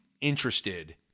interested